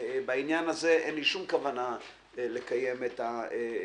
בעניין הזה אין לי שום כוונה לקיים את הדיון.